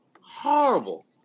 Horrible